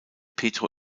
pedro